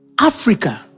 Africa